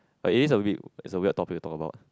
like is a bit is a weird topic to talk about